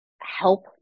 help